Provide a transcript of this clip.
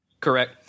Correct